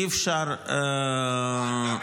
אי-אפשר ----- מה?